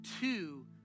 two